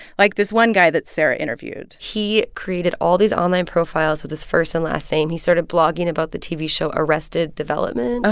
like this one guy that sarah interviewed he created all these online profiles with his first and last name. he started sort of blogging about the tv show arrested development. oh,